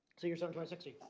so you're sometimes sixty.